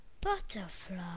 butterfly